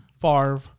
Favre